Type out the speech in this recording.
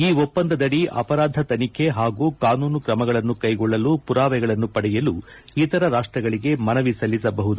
ಈ ಒಪ್ಸಂದದಡಿ ಅಪರಾಧ ತನಿಖೆ ಹಾಗೂ ಕಾನೂನು ಕ್ರಮಗಳನ್ನು ಕೈಗೊಳ್ಳಲು ಪುರಾವೆಗಳನ್ನು ಪಡೆಯಲು ಇತರ ರಾಷ್ಟ್ರಗಳಿಗೆ ಮನವಿ ಸಲ್ಲಿಸಬಹುದು